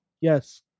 Yes